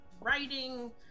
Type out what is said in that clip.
writing